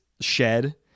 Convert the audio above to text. shed